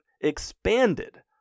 expanded